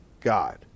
God